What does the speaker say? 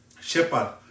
Shepherd